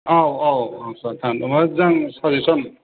औ औ औ सार मोजां साजेसन